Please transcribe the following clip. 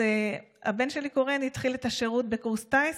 הבן שלי קורן התחיל את השירות בקורס טיס,